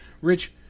Rich